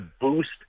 boost